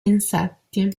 insetti